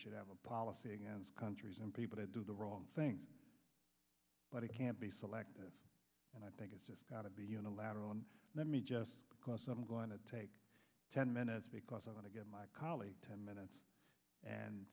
should have a policy against countries and people that do the wrong things but it can't be selective and i think it's just got to be unilateral and let me just because i'm going to take ten minutes because i want to get my colleague ten minutes and